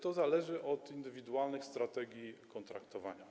To zależy od indywidualnych strategii kontraktowania.